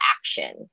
action